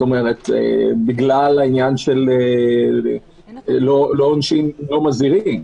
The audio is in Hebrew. בגלל העניין שלא עונשין אם לא מזהירין.